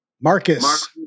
Marcus